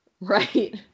right